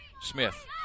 Smith